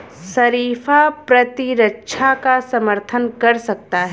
शरीफा प्रतिरक्षा का समर्थन कर सकता है